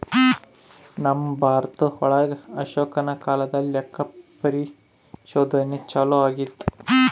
ನಮ್ ಭಾರತ ಒಳಗ ಅಶೋಕನ ಕಾಲದಲ್ಲಿ ಲೆಕ್ಕ ಪರಿಶೋಧನೆ ಚಾಲೂ ಆಗಿತ್ತು